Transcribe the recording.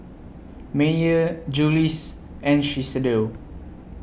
Mayer Julie's and Shiseido